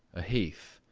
a heath.